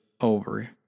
over